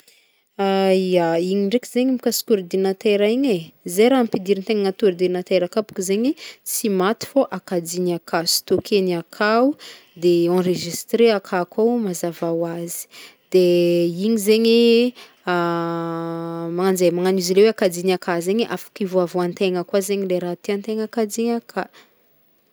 Ya, igny ndraiky zegny mikasiky ordinatera igny, ze raha ampidirintegna agnatin'ny ordinatera akao bôko zegny tsy maty fô kajiagny aka, enregistre aka koa mazava ho azy de igny zegny magnagno zey, magnagno izy le hoe kajiagny aka zegny afaka ihovoavoantegna koa zegny le raha tiàntegna kajiagna aka.